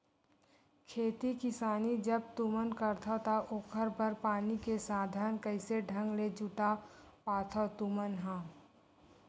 खेती किसानी जब तुमन करथव त ओखर बर पानी के साधन कइसे ढंग ले जुटा पाथो तुमन ह?